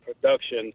production